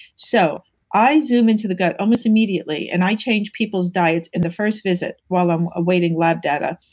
so i zoom into the gut almost immediately and i change people's diets in the first visit while i'm awaiting lab data.